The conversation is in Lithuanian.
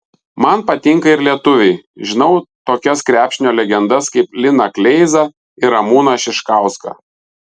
man patinka ir lietuviai žinau tokias krepšinio legendas kaip liną kleizą ir ramūną šiškauską